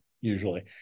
usually